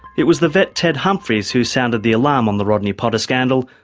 it was the vet ted humphries who sounded the alarm on the rodney potter scandal,